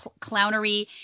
clownery